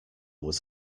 was